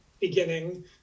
beginning